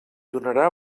donarà